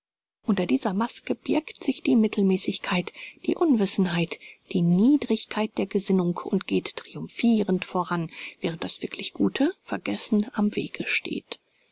unter dieser maske birgt sich die mittelmäßigkeit die unwissenheit die niedrigkeit der gesinnung und geht triumphirend voran während das wirklich gute vergessen am wege steht